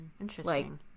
Interesting